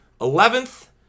Eleventh